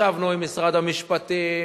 ישבנו עם משרד המשפטים,